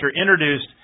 introduced